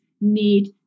need